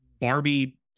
Barbie